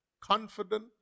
confident